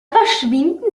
verschwinden